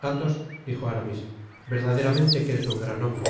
atnos dijo aramis verdaderamente que eres un grande hombre